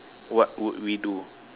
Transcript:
what would we do